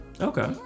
Okay